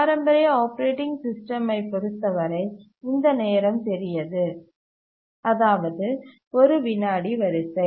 பாரம்பரிய ஆப்பரேட்டிங் சிஸ்டமை பொறுத்தவரை இந்த நேரம் பெரியது அதாவது ஒரு விநாடி வரிசை